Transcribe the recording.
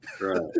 right